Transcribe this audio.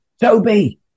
toby